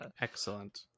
excellent